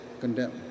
condemn